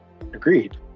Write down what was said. Agreed